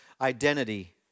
identity